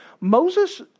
Moses